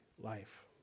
life